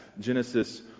Genesis